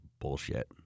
bullshit